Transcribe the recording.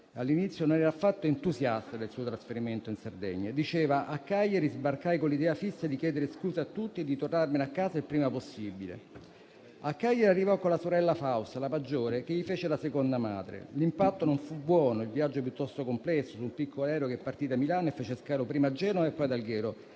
all'inizio non era affatto entusiasta del suo trasferimento in Sardegna. Diceva che a Cagliari era sbarcato con l'idea fissa di chiedere scusa a tutti e di tornarsene a casa il prima possibile. A Cagliari arrivò con la sorella Fausta, la maggiore, che gli fece da seconda madre. L'impatto non fu buono e il viaggio piuttosto complesso, su un piccolo aereo che partì da Milano e fece scalo a Genova e ad Alghero,